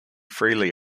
freely